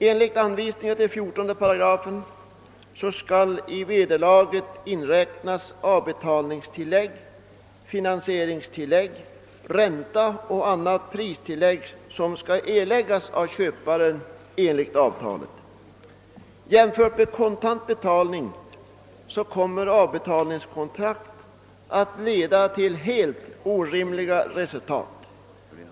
Enligt anvisningarna till 14 § förordningen om mervärdeskatt skall i vederlaget inräknas avbetalningstillägg, finansieringstillägg, ränta och annat pristillägg som skall erläggas av köparen enligt avtalet. Jämfört med kontant betalning kommer avbetalningskontrakt att leda till helt orimliga resultat.